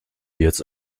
jetzt